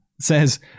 says